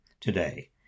today